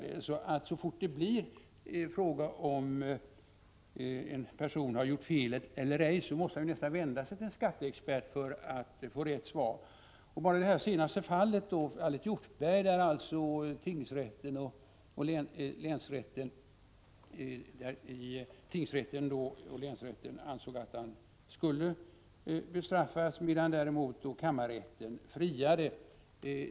Det är närmast regel att så snart fråga uppstår om en person har gjort fel eller ej måste han vända sig till en skatteexpert för att få rätt svar. I det senaste fallet, fallet Hjortberg, ansåg tingsrätten och länsrätten att personen skulle bestraffas, medan däremot kammarrätten friade.